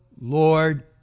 Lord